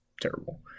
terrible